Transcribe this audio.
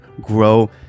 grow